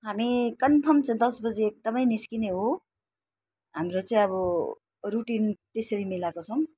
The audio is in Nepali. हामी कन्फर्म चाहिँ दस बजी एकदम निस्कने हो हाम्रो चाहिँ अब रुटिन त्यसरी मिलाएको छौँ